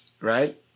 right